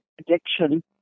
Addiction